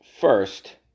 First